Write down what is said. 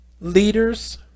Leaders